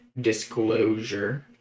disclosure